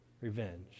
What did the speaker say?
revenge